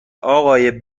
آقای